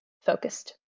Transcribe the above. focused